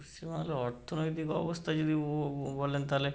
পশ্চিমবাংলার অর্থনৈতিক অবস্থা যদি ববলেন তাহলে